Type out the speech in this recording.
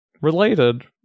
Related